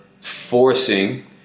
forcing